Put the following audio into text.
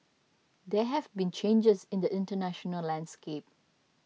there have been changes in the international landscape